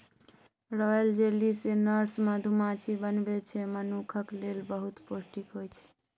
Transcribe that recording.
royal jelly जे nurse मधुमाछी बनबै छै मनुखक लेल बहुत पौष्टिक होइ छै